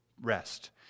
rest